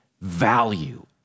value